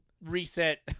reset